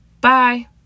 Bye